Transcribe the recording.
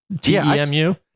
T-E-M-U